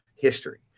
history